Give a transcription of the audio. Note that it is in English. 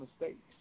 mistakes